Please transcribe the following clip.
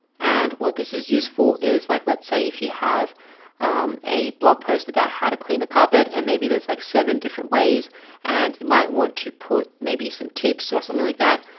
and what this is useful is like let's say if you have a blog post about how to clean a carpet and maybe there's like seven different ways and you might want to put maybe some tips or something like that.